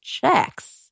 checks